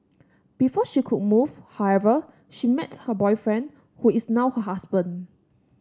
before she could move however she met her boyfriend who is now her husband